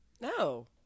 No